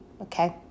okay